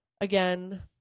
again